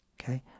okay